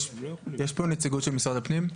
יש פה נציגות של משרד הפנים?